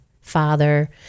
father